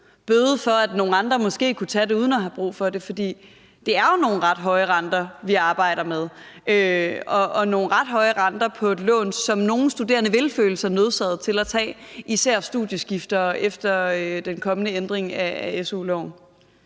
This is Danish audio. bøde for, at nogle andre måske kunne tage det uden at have brug for det? For det er jo nogle ret høje renter, vi arbejder med, og nogle ret høje renter på et lån, som nogle studerende vil føle sig nødsaget til at tage, især studieskiftere efter den kommende ændring af su-loven.